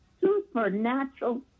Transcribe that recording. Supernatural